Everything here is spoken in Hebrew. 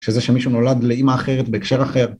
שזה שמישהו נולד לאימא אחרת בהקשר אחר.